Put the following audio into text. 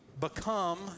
Become